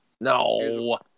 No